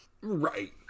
Right